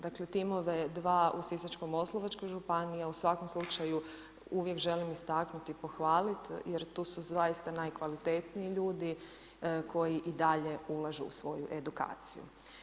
Dakle timove dva u Sisačko-moslavačkoj županiji a u svakom slučaju uvijek želim istaknuti i pohvaliti jer tu su zaista najkvalitetniji ljudi koji i dalje ulažu u svoju edukaciju.